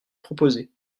proposées